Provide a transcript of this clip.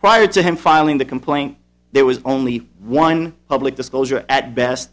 prior to him filing the complaint there was only one public disclosure at